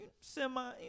semi